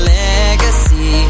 legacy